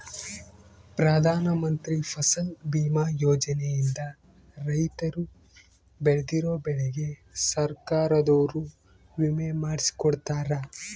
ಪ್ರಧಾನ ಮಂತ್ರಿ ಫಸಲ್ ಬಿಮಾ ಯೋಜನೆ ಇಂದ ರೈತರು ಬೆಳ್ದಿರೋ ಬೆಳೆಗೆ ಸರ್ಕಾರದೊರು ವಿಮೆ ಮಾಡ್ಸಿ ಕೊಡ್ತಾರ